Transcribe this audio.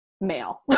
male